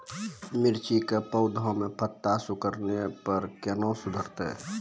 मिर्ची के पौघा मे पत्ता सिकुड़ने पर कैना सुधरतै?